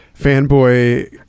fanboy